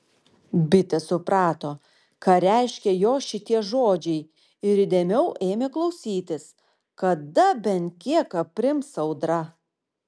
bitė suprato ką reiškia jos šitie žodžiai ir įdėmiau ėmė klausytis kada bent kiek aprims audra